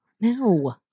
No